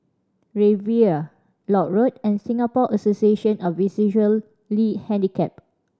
Riviera Lock Road and Singapore Association of Visually Handicapped